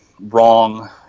wrong